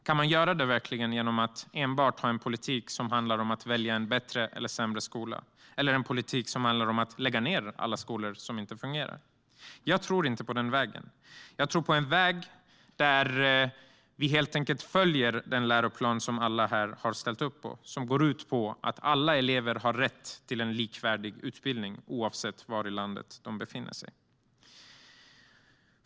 Kan man verkligen göra det genom att ha en politik som enbart handlar om att välja en bättre eller sämre skola, eller en politik som handlar om att lägga ned alla skolor som inte fungerar? Jag tror inte på den vägen. Jag tror på en väg där vi helt enkelt följer den läroplan som alla här har ställt upp på och som går ut på att alla elever har rätt till en likvärdig utbildning oavsett var i landet de befinner sig.